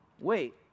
wait